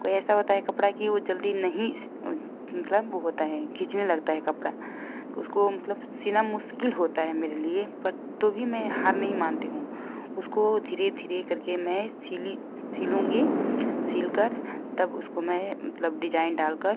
कोई ऐसा होता है कपड़ा कि वो जल्दी नहीं मतलब वो होता है खींचने लगता है कपड़ा उसको मतलब सीना मुश्किल होता है मेरे लिए पर तो भी मैं हार नहीं मानती हूँ उसको धीरे धीरे करके मैं सिली सिलूँगी सिल कर तब उसको मैं मतलब डिजाइन डाल कर